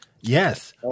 yes